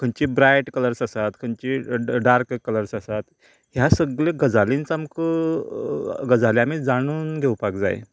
खंयची bright colours आसात खंयची डार्क कलर्स आसात ह्या सगली गजालींचो आमकां गजाली आमीं जाणून घेवपाक जाय